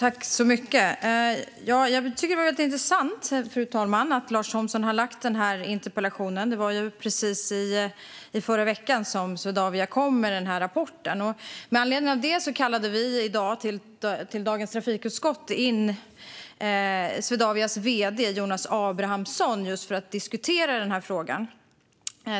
Fru talman! Jag tycker att det är intressant att Lars Thomsson har ställt den här interpellationen. Swedavia kom med den här rapporten i förra veckan, och med anledning av det kallade vi i dag till dagens trafikutskott in Swedavias vd Jonas Abrahamsson just för att diskutera frågan.